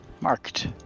Marked